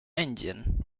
engine